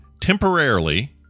temporarily